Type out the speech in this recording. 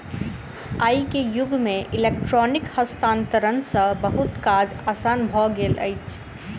आई के युग में इलेक्ट्रॉनिक हस्तांतरण सॅ बहुत काज आसान भ गेल अछि